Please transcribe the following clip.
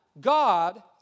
God